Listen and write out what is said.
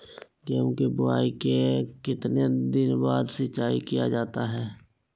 गेंहू की बोआई के कितने दिन बाद सिंचाई किया जाता है?